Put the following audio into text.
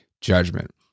judgment